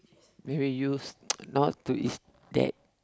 then we used not to is that